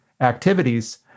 activities